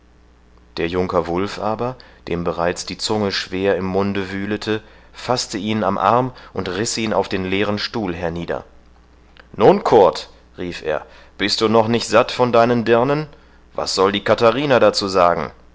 der junker wulf aber dem bereits die zunge schwer im munde wühlete faßte ihn am arm und riß ihn auf den leeren stuhl hernieder nun kurt rief er bist du noch nicht satt von deinen dirnen was soll die katharina dazu sagen